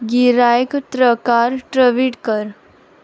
गिरायक तक्रार ट्रवीड कर